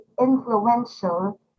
influential